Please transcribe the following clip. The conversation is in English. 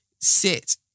sit